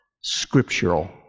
scriptural